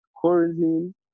quarantine